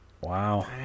Wow